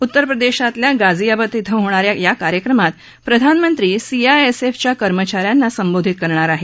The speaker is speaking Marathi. उत्तरप्रदेशातल्या गाझियाबाद ििं होणा या या कार्यक्रमात प्रधानमंत्री सीआयएसएफच्या कर्मचा यांना संबोधित करणार आहेत